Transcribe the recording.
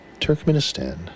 Turkmenistan